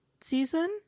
season